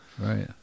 right